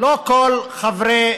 לא כל חברי